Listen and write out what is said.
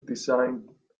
designed